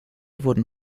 wurden